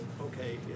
okay